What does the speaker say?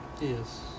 Yes